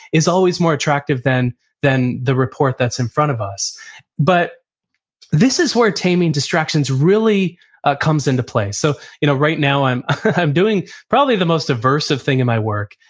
is always more attractive than than the report that's in front of us but this is where taming distractions really comes into play. so right now i'm i'm doing probably the most aversive thing in my work,